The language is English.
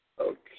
okay